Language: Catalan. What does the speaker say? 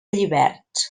lliberts